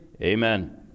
amen